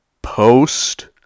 Post